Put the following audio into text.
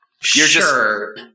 Sure